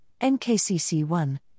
NKCC1